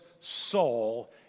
soul